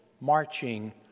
marching